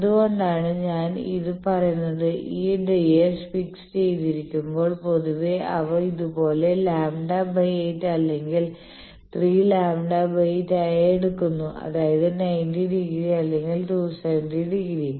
എന്തുകൊണ്ടാണ് ഞാൻ ഇത് പറയുന്നത് ഈ ds ഫിക്സ് ചെയ്തിരിക്കുമ്പോൾ പൊതുവെ അവ ഇതുപോലെ λ 8 അല്ലെങ്കിൽ 3 λ 8 ആയി എടുക്കുന്നു അതായത് 90 ഡിഗ്രി അല്ലെങ്കിൽ 270 ഡിഗ്രി